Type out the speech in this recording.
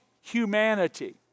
humanity